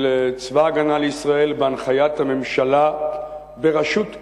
של צבא-הגנה לישראל בהנחיית הממשלה בראשות קדימה,